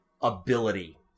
ability